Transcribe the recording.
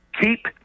keep